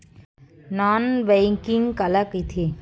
Non banking काला कइथे?